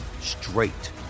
straight